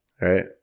Right